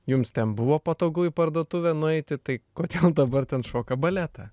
jums ten buvo patogu į parduotuvę nueiti tai kodėl dabar ten šoka baletą